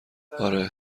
آره